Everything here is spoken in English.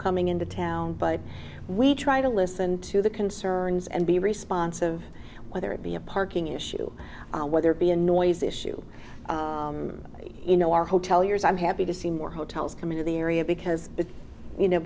coming into town but we try to listen to the concerns and the response of whether it be a parking issue whether it be a noise issue you know our hoteliers i'm happy to see more hotels coming to the area because you know